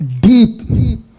deep